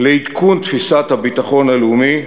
לעדכון תפיסת הביטחון הלאומי,